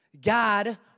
God